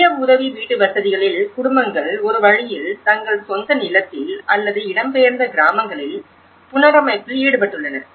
சுய உதவி வீட்டுவசதிகளில் குடும்பங்கள் ஒரு வழியில் தங்கள் சொந்த நிலத்தில் அல்லது இடம்பெயர்ந்த கிராமங்களில் புனரமைப்பில் ஈடுபட்டுள்ளன